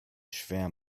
schwer